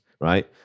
right